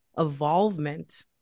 evolvement